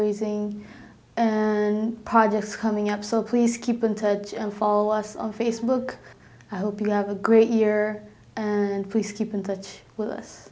raising and projects coming up so please keep in touch and follow us on facebook i hope you have a great year and please keep in touch with us